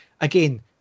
Again